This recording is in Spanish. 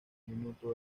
minuto